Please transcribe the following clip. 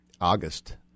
August